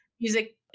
music